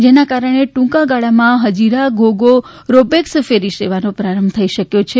જેના કારણે ટ્રંકાગાળામાં Hazira Ghogha ro pax ferry સર્વિસનો પ્રારંભ થઈ શક્યો છે